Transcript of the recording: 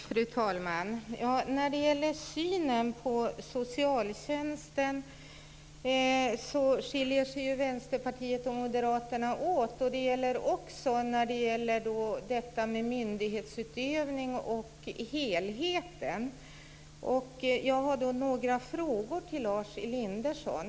Fru talman! Vänsterpartiet och Moderaterna skiljer sig åt när det gäller synen på socialtjänst, myndighetsutövning och frågan om helheten. Jag har några frågor till Lars Elinderson.